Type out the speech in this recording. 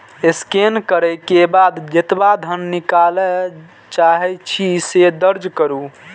scan करै के बाद जेतबा धन निकालय चाहै छी, से दर्ज करू